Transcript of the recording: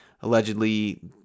allegedly